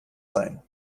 sein